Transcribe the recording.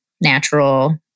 natural